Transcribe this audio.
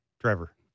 Trevor